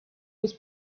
was